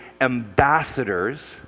ambassadors